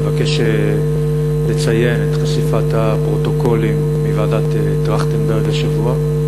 מבקש לציין את חשיפת הפרוטוקולים מוועדת-טרכטנברג השבוע.